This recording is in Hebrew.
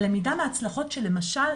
הלמידה מהצלחות של למשל,